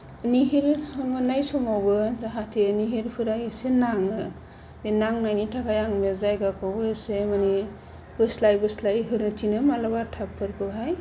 निहिर मोननाय समावबो जाहाथे निहिरफोरा एसे नाङो बे नांनायनि थाखाय आं बे जायगाखौबो एसे माने बोस्लाय बोस्लाय होनो थिनो माब्लाबा टाब फोरखौहाय